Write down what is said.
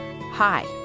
Hi